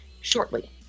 shortly